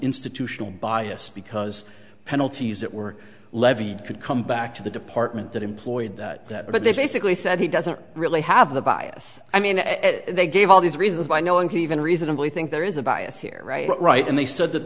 institutional bias because penalties that were levied could come back to the department that employed that that but they basically said he doesn't really have the bias i mean they gave all these reasons why no one can even reasonably think there is a bias here right right and they said that